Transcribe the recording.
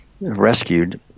rescued